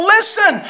Listen